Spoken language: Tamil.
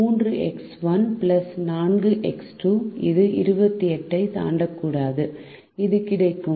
3 எக்ஸ் 1 4 எக்ஸ் 2 இது 28 ஐ தாண்டக்கூடாது இது கிடைக்கும்